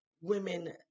women